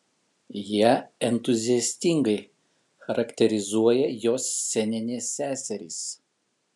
ją entuziastingai charakterizuoja jos sceninės seserys